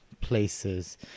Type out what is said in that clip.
Places